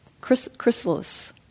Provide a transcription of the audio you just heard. chrysalis